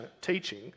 teaching